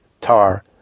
tar